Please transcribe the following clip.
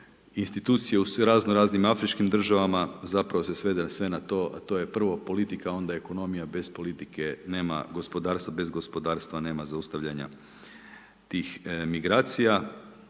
institucije u razno različitim afričkim državama zapravo se svede sve na to to je prvo politika onda ekonomija bez politike nema gospodarstva, bez gospodarstva nema zaustavljanja tih migracija.